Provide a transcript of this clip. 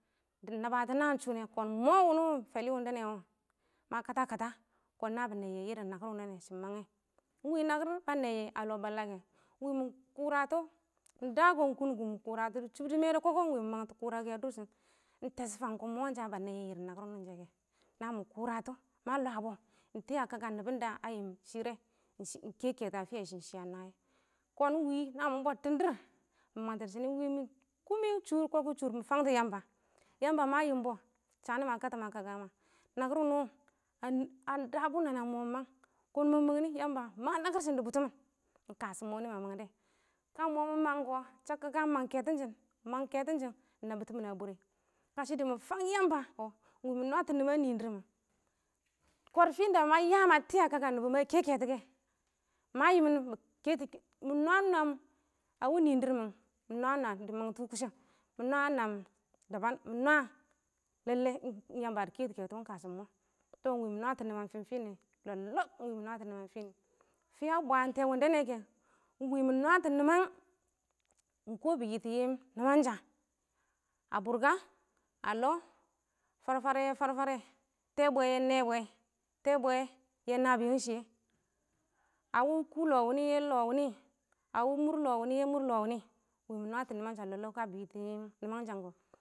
dɪ nabatɔ naan shʊnɛ kɔn mɔ wʊnɪ wɔ fɛlɪ wɪndɛ nɛ wɔ ma katakata kɔn nabɪ nəiye nakɪr wɪndɛ nɛ shɪn mangɛ ɪng wɪ nakɪr ba nɛɪyɛ a lɔ balla kɛ, ɪng wɪ mɪ kʊratɔ ɪng da kɔ ɪng kʊn kʊ mɪ kʊrata wɪ chʊb dɪ mɛɛ dɪ kɔkɔ wɪ nɪ mangtɔ kʊrakɛ a dʊrshɪn ɪng tɛshɔ fang kɔn moonsha ba nɛɪyɛ yɪrɪm nakɪr wʊnɪ shɛ kɛ namɪ kʊratɔ ma lwabɔ ɪng tɪya kakkar nɪbɔn da yɪn shɪ rɛ ɪng kɛ ketɔ a fɪye shɪ, shɪ a nwaye, kɔn ɪng wɪ namɪ bɔttɪn dɪɪr mɪ mangtɔ kʊmɪ shʊʊr koko shʊʊr mɪ fangtɔ nakɪr, Yamba. Yamba ma yɪmbɔ, shanɪ ma katam a kaka ma nakɪr ʍin wɔ a dabɔ nana ɪng mɔ mang kɔn ma mang nɪ Yamba, mang narkɪr shɪn dɪ bʊtɔmɪn, ɪng ka shɔ mɔ nɪma mangdɛ ka mɔ mɪ mang kɔ chak kakka mang kɛtɪshɪn dɪ mʊ ɪng bwaan tɪ mɔ a bwɛrɛ, kashɪ daɪ fang Yamba kɔ ɪng wɪ mɪ nwatɔ nɪma a nɪɪn dɪrr mɪn, kɔrfɪ da ma yangɪn kakkan nɪbɔ ma kɛ kɛtɔ kɛ ma yɪmɪn mɪ nwam nwam a wɪ nɪɪn dɪrr mɪn dɪ mangtɔ kʊshɛm mɪ nwaam daban ɪn nwa ɪng yamba dɪ kɛ tu keto ɪng kash mɔ mɔ tɔ iɪng mɪ nwətɔ niman fɪn fini nɛ lɔb-lɔb ɪng wɪ mɪ nwatɔ nɪma fɪ nɪ ne.fɪ wɪ a bwaantɛ wɪndɛ nɛkɛ ɪng wɪ nwets nemo ɪng kɔ bɪ yɪtɔ nɪbɔ nɪmansha a bʊrka, a lɔ farfare ye fafare tebwe yɛ nebwe, tebwe yɛ nabɪyanshɪye a wɪ kʊ lɔ wɪ nɪ yɛ wɪ nɪ a wɪ mʊr lɔ wɪnɪ yɛ mʊr lɔ wɪnɪ ɪng wɪ mɪ nwa nɪmansha lɔb